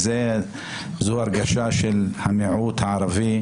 זו הרגשה של המיעוט הערבי,